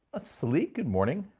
ah celie, good morning.